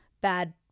bad